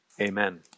amen